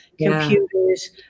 computers